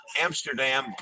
Amsterdam